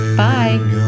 bye